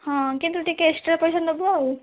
ହଁ କିନ୍ତୁ ଟିକେ ଏକ୍ସଟ୍ରା ପଇସା ନେବୁ ଆଉ